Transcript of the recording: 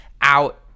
out